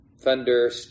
thunder